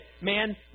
man